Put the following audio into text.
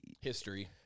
history